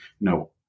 no